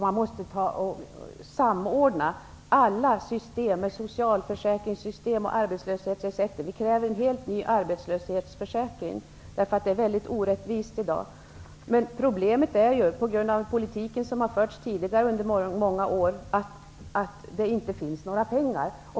Man måste samordna alla system -- socialförsäkringssystem och arbetslöshetsersättning. Vi kräver en helt ny arbetslöshetsförsäkring, för den är väldigt orättvis som den är i dag. Problemet är ju, på grund av politiken som har förts tidigare under många år, att det inte finns några pengar.